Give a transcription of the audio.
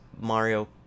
Mario